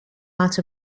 out